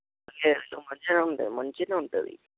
లేదు లేదు మంచిగా ఉంటుంది మంచిగా ఉంటుంది